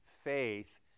faith